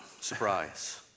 surprise